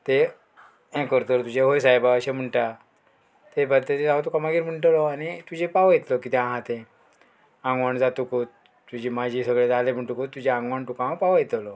तें हे करतलो तुजे होय सायबा अशें म्हणटा तें भायर तेजे हांव तुका मागीर म्हणटलों आनी तुजें पावयतलो कितें आहा तें आंगवण जातकूत तुजी म्हाजी सगळें जालें म्हणटकूच तुजें आंगवण तुका हांव पावयतलों